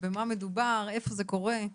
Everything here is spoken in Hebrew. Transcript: במה מדובר, איפה זה קורה?